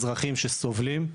אזרחים שסובלים.